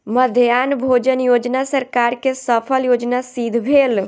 मध्याह्न भोजन योजना सरकार के सफल योजना सिद्ध भेल